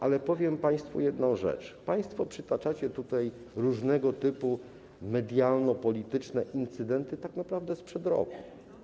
Ale powiem państwu jedną rzecz: Państwo przytaczacie tutaj różnego typu medialno-polityczne incydenty tak naprawdę sprzed roku.